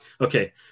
okay